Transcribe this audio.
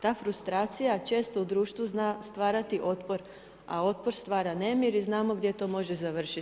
Ta frustracija često u društvu zna stvarati otpor, a otpor stvara nemir i znamo gdje to može završiti.